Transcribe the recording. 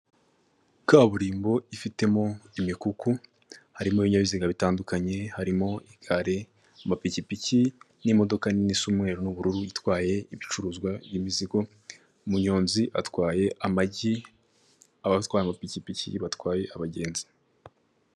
Kaburimbo ifitemo imikuku harimo ibinyabiziga bitandukanye, harimo: igare, amapikipiki n'imodoka nini isa umweru n'ubururu itwaye ibicuruzwa by'imizigo, umunyonzi utwaye amagi abatwara amapikipiki batwaye abagenzi.